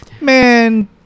Man